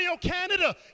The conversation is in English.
Canada